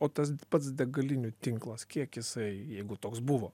o tas pats degalinių tinklas kiek jisai jeigu toks buvo